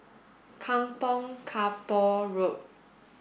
Kampong Kapor Road